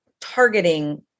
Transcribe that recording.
targeting